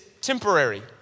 temporary